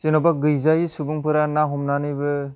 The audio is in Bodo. जेन'बा गैजायै सुबुंफोरा ना हमनानैबो